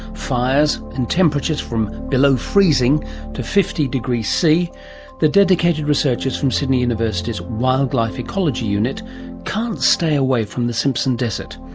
fires and temperatures from below freezing to fifty degc the dedicated researchers from sydney university's wildlife ecology unit can't stay away from the simpson desert.